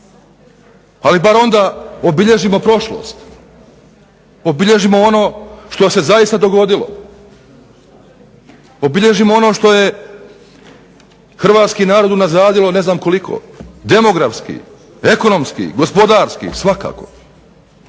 Ali bar onda obilježimo prošlost. Obilježimo ono što se zaista dogodilo. Obilježimo ono što je hrvatski narod unazadilo ne znam koliko, demografski, ekonomski, gospodarski, svakako.